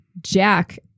Jack